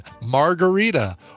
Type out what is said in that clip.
Margarita